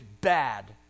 bad